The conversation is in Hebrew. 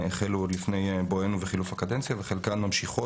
החלו עוד לפני בואנו וחילוף הקדנציה וחלקן ממשיכות.